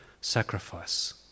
sacrifice